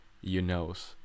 you-knows